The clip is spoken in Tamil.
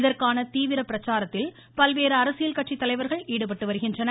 இதற்கான தீவிர பிரச்சாரத்தில் பல்வேறு அரசியல் கட்சி தலைவர்கள் ஈடுபட்டு வருகின்றனர்